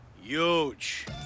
Huge